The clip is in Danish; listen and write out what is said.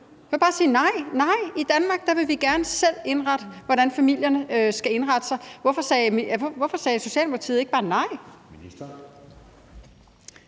kan jo bare sige nej – nej, i Danmark vil vi gerne selv indrette det, i forhold til hvordan familierne skal indrette sig. Hvorfor sagde Socialdemokratiet ikke bare nej?